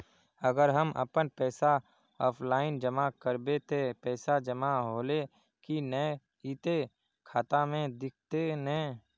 अगर हम अपन पैसा ऑफलाइन जमा करबे ते पैसा जमा होले की नय इ ते खाता में दिखते ने?